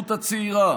בהתיישבות הצעירה: